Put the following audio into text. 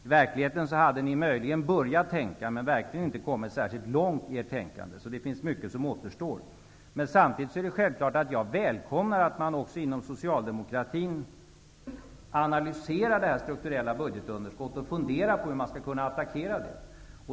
I verkligheten hade ni möjligen börjat tänka men verkligen inte kommit särskilt långt i ert tänkande. Det finns därför mycket som återstår. Samtidigt är det självklart att jag välkomnar att man också inom socialdemokratin analyserar detta strukturella budgetunderskott och funderar på hur man skall kunna attackera det.